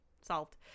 Solved